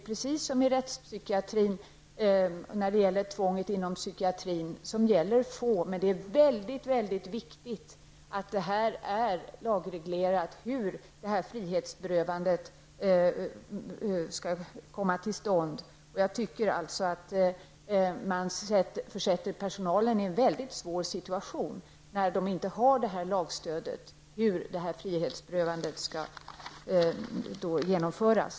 Precis som inom rättspsykiatrin gäller tvånget få, men det är mycket viktigt att det regleras i lag hur frihetsberövandet skall ske. Jag tycker att man försätter personalen i en mycket svår situation, då personalen saknar lagstöd för hur frihetsberövandet skall genomföras.